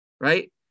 Right